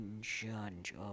judge